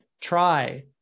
Try